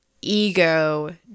ego